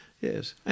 yes